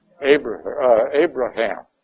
Abraham